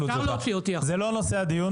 זה לא נושא הדיון.